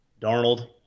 Darnold